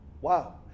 Wow